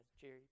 Jerry